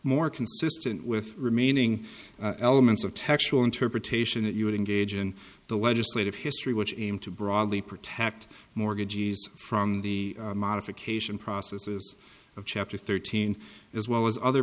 more consistent with remaining elements of textual interpretation that you would engage in the legislative history which aim to broadly protect mortgagees from the modification processes of chapter thirteen as well as other